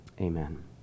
Amen